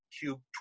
Cube